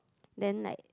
then like